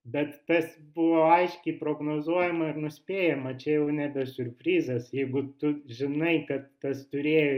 bet tas buvo aiškiai prognozuojama ir nuspėjama čia jau nebe siurprizas jeigu tu žinai kad tas turėjo